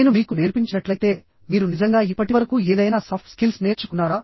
నేను మీకు నేర్పించినట్లయితే మీరు నిజంగా ఇప్పటివరకు ఏదైనా సాఫ్ట్ స్కిల్స్ నేర్చుకున్నారా